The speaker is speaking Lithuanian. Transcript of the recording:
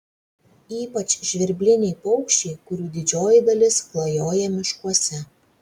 ypač žvirbliniai paukščiai kurių didžioji dalis klajoja miškuose